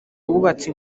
wubatse